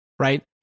right